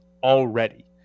already